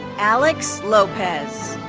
alex lopez.